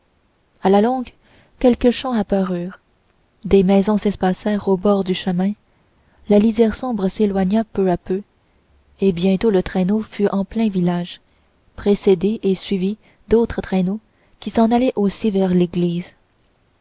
à la longue quelques champs apparurent des maisons s'espacèrent au bord du chemin la lisière sombre s'éloigna peu à peu et bientôt le traîneau fut en plein village précédé et suivi d'autres traîneaux qui s'en allaient aussi vers l'église